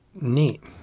Neat